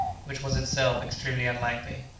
which was itself extremely unlikely.